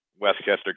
Westchester